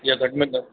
या घटि में घटि